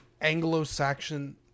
Anglo-Saxon